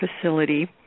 facility